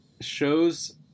shows